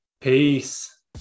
Peace